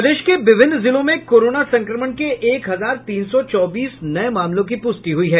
प्रदेश के विभिन्न जिलों में कोरोना संक्रमण के एक हजार तीन सौ चौबीस नये मामलों की पुष्टि हुई है